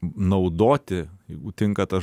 naudoti jeigu tinka tas